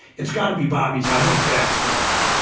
it's got to be bobby's. i have jack's desk.